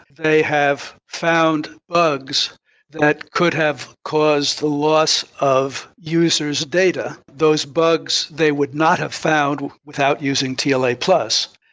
they have found bugs that could have caused loss of user s data. those bugs, they would not have found without using tla plus.